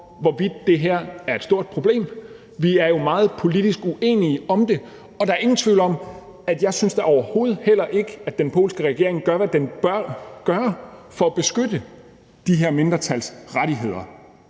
hvorvidt det her er et stort problem. Vi er jo meget politisk uenige om det. Der er ingen tvivl om, at jeg da overhovedet heller ikke synes, at den polske regering gør, hvad den bør gøre for at beskytte de her mindretals rettigheder